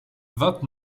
vingt